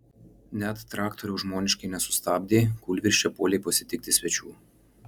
net traktoriaus žmoniškai nesustabdė kūlvirsčia puolė pasitikti svečių